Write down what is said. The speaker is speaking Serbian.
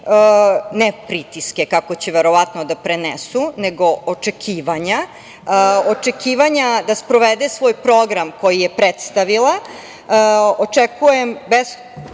ne pritiske, kako će verovatno da prenesu, nego očekivanja, očekivanja da sprovede svoj program koji je predstavila. Očekujem